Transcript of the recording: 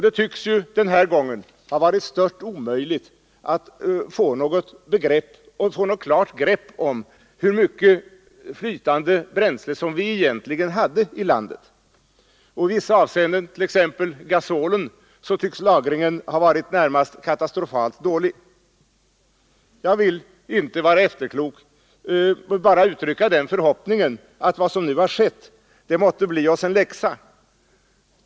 Det tycks denna gång ha varit stört omöjligt att få något klart grepp om hur mycket flytande bränsle vi egentligen hade i landet. I vissa avseenden, t.ex. beträffande gasol, tycks lagerföringen ha varit närmast katastrofalt dålig. Jag vill inte vara efterklok utan bara uttrycka den förhoppningen att vad som skett måtte bli oss en läxa.